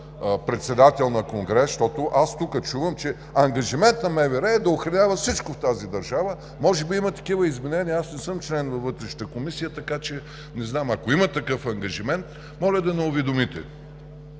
председател на конгрес? (Оживление.) Аз тук чувам, че ангажимент на МВР е да охранява всичко в тази държава. Може би има такива изменения. Аз не съм член на Вътрешната комисия, така че не знам. Ако има такъв ангажимент, моля да ме уведомите.